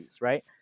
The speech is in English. right